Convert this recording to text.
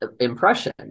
impression